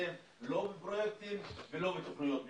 נתקדם לא בפרויקטים ולא בתוכניות מתאר.